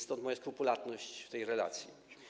Stąd moja skrupulatność w tej relacji.